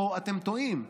פה אתם טועים.